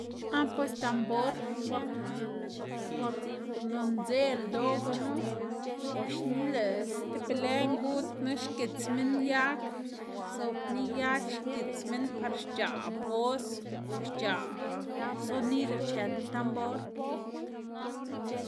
ah pues tambor por por lo ndze ldoꞌ gunu oxna lëꞌ stib be lë ngud knu xgits minn yag, zob niy yag xgits minn par xc̲h̲aꞌ voz o xc̲h̲aꞌ sonido c̲h̲en tambor.